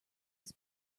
his